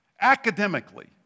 academically